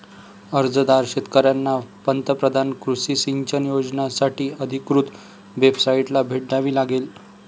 अर्जदार शेतकऱ्यांना पंतप्रधान कृषी सिंचन योजनासाठी अधिकृत वेबसाइटला भेट द्यावी लागेल